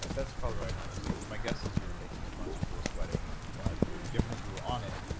that's probably why you're not losing. my guess is you were taking too much if you were sweating, but given that you were on it,